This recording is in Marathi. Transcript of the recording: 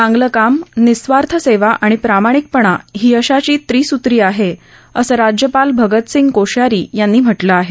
चांगले काम निःस्वार्थ सेवा आणि प्रामाणिकपणा ही यशाची त्रिस्त्री आहे असं राज्यपाल भगतसिंह कोश्यारी यांनी म्हटलं आहे